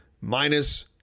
minus